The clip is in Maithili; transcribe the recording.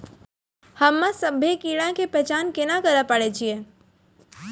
हम्मे सभ्भे कीड़ा के पहचान केना करे पाड़ै छियै?